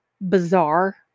bizarre